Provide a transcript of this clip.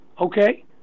Okay